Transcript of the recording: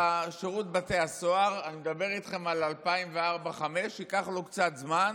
אני מדבר איתכם על 2005-2004. אמרנו שלשירות בתי הסוהר ייקח קצת זמן,